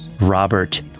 Robert